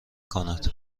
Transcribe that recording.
کند